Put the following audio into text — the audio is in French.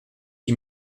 qui